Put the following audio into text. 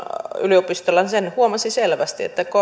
yliopistolla huomasi selvästi että